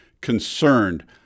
concerned